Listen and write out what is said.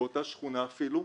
באותה שכונה אפילו,